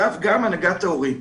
גם לגבי הנהגת ההורים.